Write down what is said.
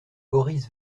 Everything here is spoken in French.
boris